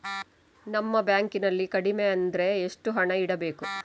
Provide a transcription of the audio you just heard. ನಮ್ಮ ಬ್ಯಾಂಕ್ ನಲ್ಲಿ ಕಡಿಮೆ ಅಂದ್ರೆ ಎಷ್ಟು ಹಣ ಇಡಬೇಕು?